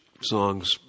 songs